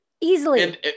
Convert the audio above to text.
Easily